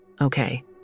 okay